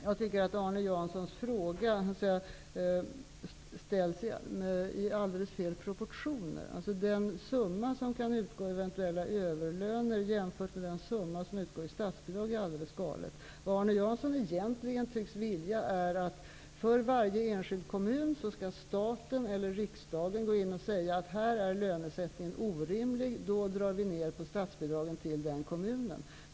Herr talman! Arne Janssons fråga ställs i alldeles fel proportioner. Att jämföra den summa som kan utgå i eventuella överlöner med den summa som utgår i statsbidrag är alldeles galet. Vad Arne Jansson egentligen tycks vilja är att staten eller riksdagen för varje enskild kommun skall gå in och påpeka om lönesättningen är orimlig och i så fall dra ner på statsbidragen till kommunen.